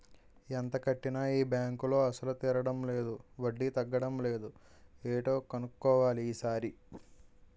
ఎంత కట్టినా ఈ బాంకులో అసలు తీరడం లేదు వడ్డీ తగ్గడం లేదు ఏటో కన్నుక్కోవాలి ఈ సారి